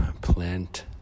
plant